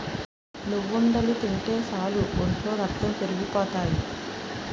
నువ్వుండలు తింటే సాలు ఒంట్లో రక్తం పెరిగిపోతాయి